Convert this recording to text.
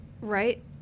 right